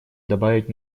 добавить